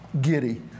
giddy